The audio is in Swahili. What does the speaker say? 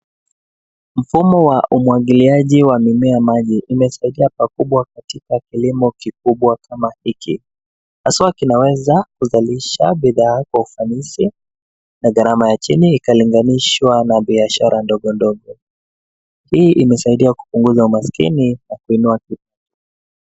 Mfumo wa umwagiliaji wa mimea maji, imesaidia pakubwa katika kilimo kikubwa kama hiki. Haswa, kinaweza kuzalisha bidhaa kwa ufanisi na gharama ya chini ikalinganisha na biashara ndogo ndogo. Hii imesaida kupunguza umaskini na kuinua.